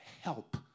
help